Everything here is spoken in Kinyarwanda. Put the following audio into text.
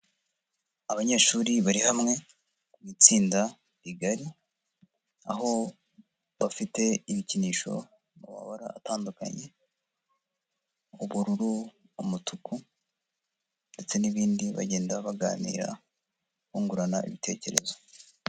Abanyeshuri bari hamwe mu itsinda rigari, aho bafite ibikinisho mu mabara atandukanye, ubururu, umutuku ndetse n'ibindi bagenda baganira bungurana ibitekerezo.